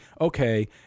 okay